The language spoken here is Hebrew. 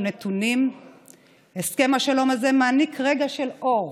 נתונים הסכם השלום הזה מעניק רגע של אור,